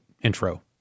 intro